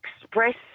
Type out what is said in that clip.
express